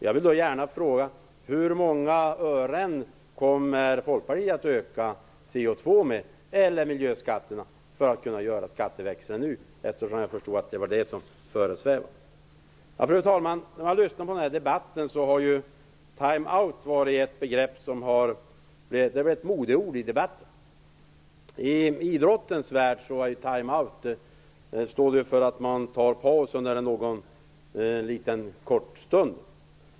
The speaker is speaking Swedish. Jag vill gärna fråga: Hur många ören vill Folkpartiet öka koldioxidskatten eller miljöskatterna med för att kunna genomföra skatteväxlingen nu? Jag förstår att det är detta som föresvävar. Fru talman! I den här debatten har time out blivit ett modeord. I idrottens värld står time out för att man tar paus under en kort stund.